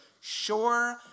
sure